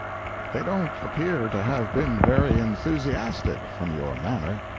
they don't appear to have been very enthusiastic, from your manner.